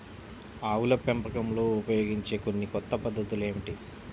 ఆవుల పెంపకంలో ఉపయోగించే కొన్ని కొత్త పద్ధతులు ఏమిటీ?